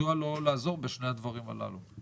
מדוע לא לעזור בשני הדברים הללו?